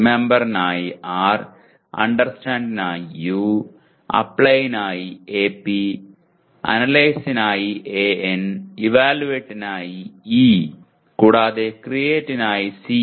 remember നായി R understand നായി U apply നായി Ap അനലൈസ് നായി An ഇവാലുവേറ്റ് നായി E കൂടാതെ ക്രീയേറ്റ് നായി C